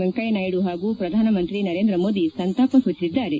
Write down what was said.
ವೆಂಕಯ್ಯನಾಯ್ಲು ಹಾಗೂ ಪ್ರಧಾನಮಂತ್ರಿ ನರೇಂದ್ರ ಮೋದಿ ಸಂತಾಪ ಸೂಚಿಸಿದ್ದಾರೆ